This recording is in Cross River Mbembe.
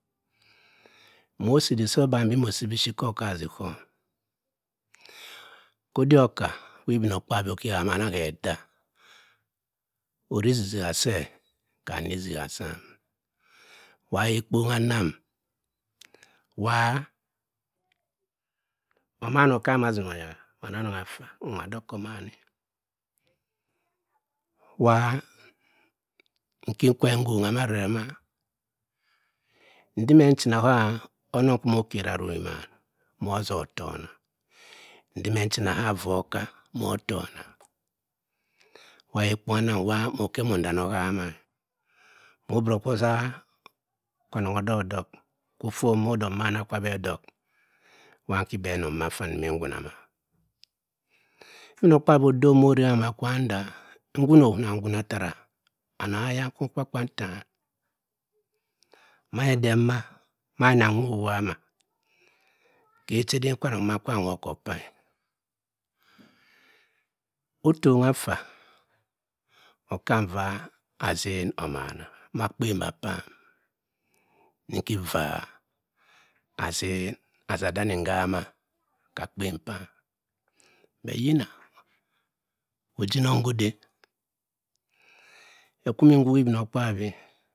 Mo osi idik sa obanbi mo osi ka okowazi khome odik oka wa ibinokpaabyi oki kam omamae ke oda oze izizi-a se kam ame izizia sam wa ka ekpone a nnam waa oman okaam asim oyakka mam anong affa mwa dok ko omamni waa nki kwe ngongha ma rere ma ndim-e nchina onong kwa omo okeri arukmaan ndime nchina ka va okaa' wa ka ekpon a nnam moki emmon dami ohama-e, mo obiri okwo osa kwanong ododohk kwo offon me kwa ode emana kwa bhe dohk uwa nki bhe anong ' mbuma nffa ndima nguuna ma, ibinokpaabyi odom mo orenga nwuma kwu uwa nda nguna ohuna nguuna ttara among eya nhor kpakpa ntaam made denma ma nna nwob owobba ma ke echeden kwamnong nwuma kwam wor kor opaa-e attong affa okaam va azen omama ma akpen mba paam nki vaa azen, azadami ngama ka akpen paam but yina ojinong go ode ke kwa mmi nguhi ibino kpaabyi.